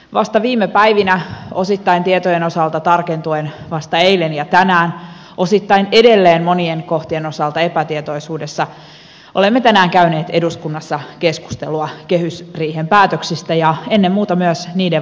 vasta viime päivinä osittain tietojen tarkennuttua vasta eilen ja tänään osittain edelleen monien kohtien osalta epätietoisuudessa olemme tänään käyneet eduskunnassa keskustelua kehysriihen päätöksistä ja ennen muuta myös niiden vaikutuksista